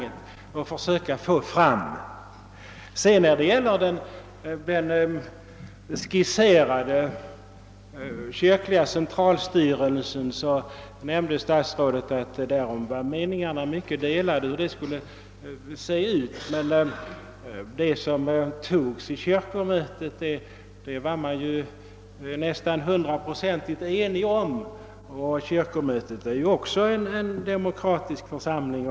Statsrådet nämnde att meningarna var mycket delade om hur den skisserade kyrkliga centralstyrelsen skulle se ut. Men det rådde nästan hundraprocentig enighet om det förslag till en sådan styrelse som antogs vid kyrkomötet, och kyrkomötet är ju också en demokratisk församling.